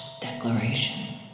declaration